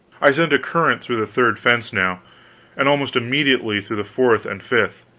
i sent current through the third fence now and almost immediately through the fourth and fifth,